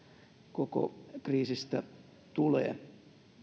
koko kriisistä tulee